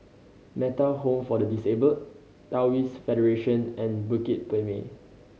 Metta Home for the Disabled Taoist Federation and Bukit Purmei